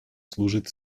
служат